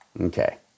Okay